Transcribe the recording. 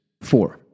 Four